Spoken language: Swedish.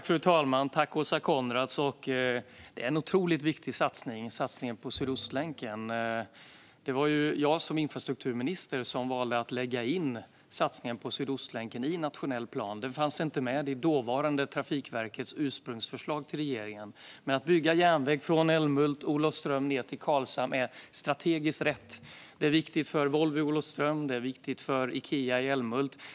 Fru talman! Tack, Åsa Coenraads, för frågan! Satsningen på Sydostlänken är otroligt viktig. Det var jag som infrastrukturminister som valde att lägga in satsningen på Sydostlänken i den nationella planen. Den fanns inte med i Trafikverkets ursprungsförslag till regeringen. Att bygga järnväg från Älmhult via Olofström och ned till Karlshamn är strategiskt rätt. Det är viktigt för Volvo i Olofström och för Ikea i Älmhult.